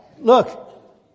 Look